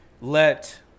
let